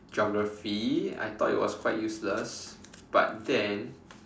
geography I thought it was quite useless but then